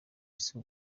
isi